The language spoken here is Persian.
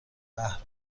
قهر